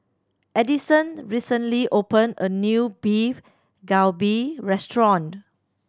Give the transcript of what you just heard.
Addison recently opened a new Beef Galbi Restaurant